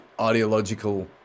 ideological